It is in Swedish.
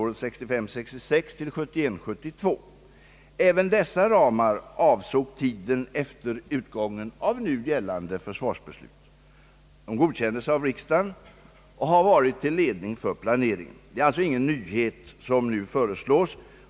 Rent principiellt är det inte uteslutet, men betänk att den enda stat i världen vid sidan om stormakterna som tillverkar egna flygplan av denna typ är just Sverige!